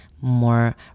more